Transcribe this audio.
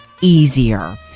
easier